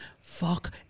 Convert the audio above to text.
Fuck